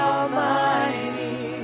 Almighty